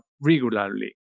regularly